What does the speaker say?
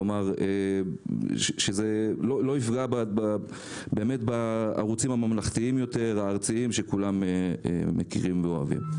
כלומר שלא יפגע בערוצים הממלכתיים הארציים שכולם מכירים ואוהבים.